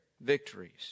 victories